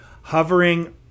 hovering